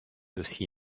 aussi